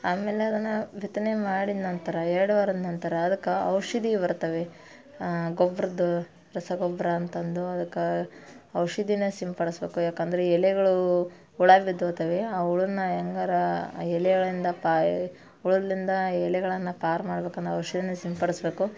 ಆಮೇಲೆ ಅದನ್ನು ಬಿತ್ತನೆ ಮಾಡಿದ ನಂತರ ಎರಡು ವಾರದ ನಂತರ ಅದಕ್ಕೆ ಔಷಧಿ ಬರ್ತವೆ ಗೊಬ್ಬರದ್ದು ರಸ ಗೊಬ್ಬರ ಅಂತಂದು ಅದಕ್ಕೆ ಔಷಧಿನೆ ಸಿಂಪಡಿಸ್ಬೇಕು ಯಾಕಂದರೆ ಎಲೆಗಳು ಹುಳ ಬಿದ್ದೋಗ್ತವೆ ಆ ಹುಳನ್ನ ಹೆಂಗರಾ ಎಲೆಗಳಿಂದ ಪಾ ಹುಳ್ಗಳಿಂದ ಎಲೆಗಳನ್ನು ಪಾರು ಮಾಡ್ಬೇಕಂದ್ರೆ ಔಷಧಿನ ಸಿಂಪಡಿಸಬೇಕು